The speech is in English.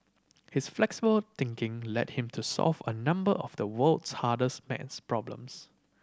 his flexible thinking led him to solve a number of the world's hardest maths problems